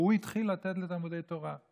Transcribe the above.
והוא התחיל לתת לתלמודי תורה,